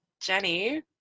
Jenny